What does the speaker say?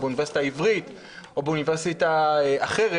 באוניברסיטה העברית או באוניברסיטה אחרת,